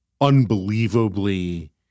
unbelievably